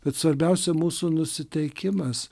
bet svarbiausia mūsų nusiteikimas